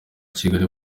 kigali